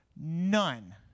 None